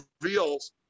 reveals